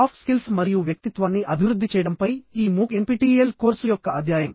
soft skills మరియు వ్యక్తిత్వాన్ని అభివృద్ధి చేయడంపై ఈ మూక్ ఎన్పిటిఇఎల్ కోర్సు యొక్క అధ్యాయం